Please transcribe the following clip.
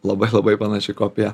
labai labai panaši kopija